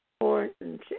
important